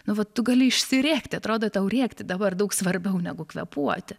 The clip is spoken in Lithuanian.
nu va tu gali išsirėkti atrodo tau rėkti dabar daug svarbiau negu kvėpuoti